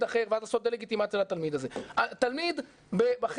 אחר ואז לעשות דה-לגיטימציה לתלמיד הזה.